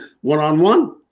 one-on-one